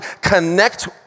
connect